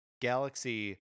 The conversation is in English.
Galaxy